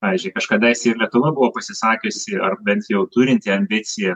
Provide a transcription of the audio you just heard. pavyzdžiui kažkadaise ir lietuva buvo pasisakiusi ar bent jau turinti ambiciją